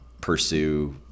pursue